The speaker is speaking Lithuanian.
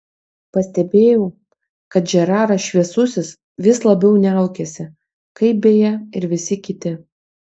pastebėjau kad žeraras šviesusis vis labiau niaukiasi kaip beje ir visi kiti